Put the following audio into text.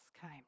came